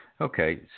Okay